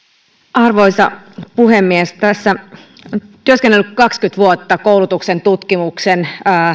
arvoisa puhemies olen työskennellyt kaksikymmentä vuotta koulutuksen tutkimuksen